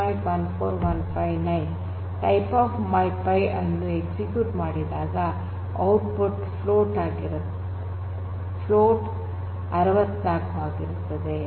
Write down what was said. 14159 type of my pi typeof my pi ಅನ್ನು execute ಮಾಡಿದಾಗ output float 64 ಆಗಿರುತ್ತದೆ